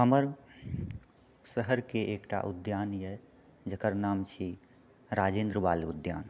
हमर शहरके एकटा उद्यान यऽ जेकर नाम छी राजेन्द्र बाल उद्यान